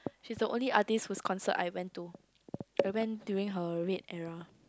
she's the only artist whose concert I went to I went during her red era